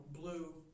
blue